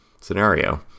scenario